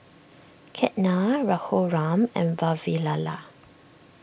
Ketna Raghuram and Vavilala